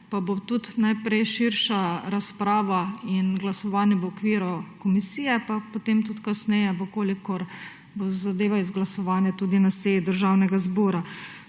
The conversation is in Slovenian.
pa bo tudi najprej širša razprava in glasovanje v okviru komisije, pa potem tudi kasneje, če bo zadeva izglasovana, tudi na seji Državnega zbora.